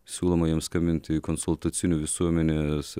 siūloma jam skambinti konsultaciniu visuomenės